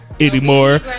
Anymore